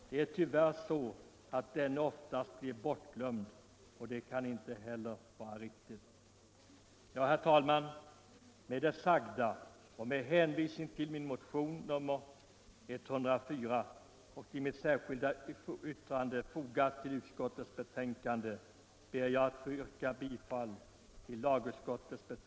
Det är tyvärr så att denne oftast blir bortglömd, och det kan inte heller vara riktigt.